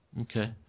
Okay